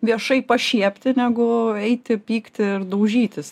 viešai pašiepti negu eiti pykti ir daužytis